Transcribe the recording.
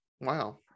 Wow